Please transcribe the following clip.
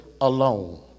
alone